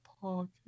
pocket